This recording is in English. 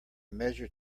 measure